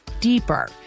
deeper